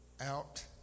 out